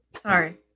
sorry